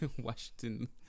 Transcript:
Washington